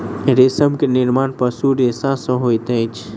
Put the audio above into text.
रेशम के निर्माण पशु रेशा सॅ होइत अछि